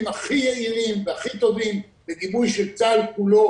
הכי יעילים והכי טובים בגיבוי של צה"ל כולו.